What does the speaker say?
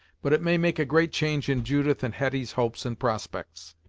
but it may make a great change in judith and hetty's hopes and prospects!